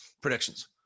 predictions